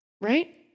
Right